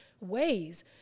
ways